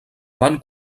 van